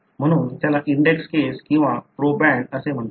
म्हणून त्याला index case किंवा प्रोबँड असे म्हणतात